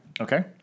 Okay